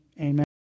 amen